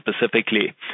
specifically